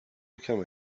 become